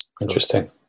Interesting